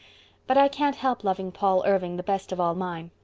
but i can't help loving paul irving the best of all mine.